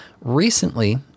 Recently